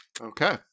Okay